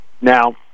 now